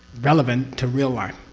relevant to real life.